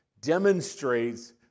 demonstrates